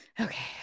okay